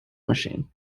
machine